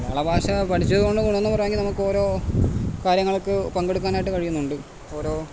മലയാള ഭാഷ പഠിച്ചതു കൊണ്ട് ഗുണമെന്നു പറയാമെങ്കില് നമുക്കോരോ കാര്യങ്ങൾക്ക് പങ്കെടുക്കാനായിട്ട് കഴിയുന്നുണ്ട് ഓരോ